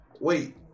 wait